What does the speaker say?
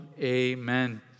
Amen